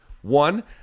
One